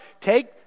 take